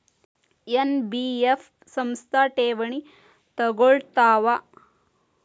NBF ಸಂಸ್ಥಾ ಠೇವಣಿ ತಗೋಳ್ತಾವಾ?